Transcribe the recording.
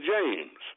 James